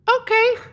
okay